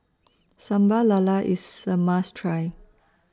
Sambal Lala IS A must Try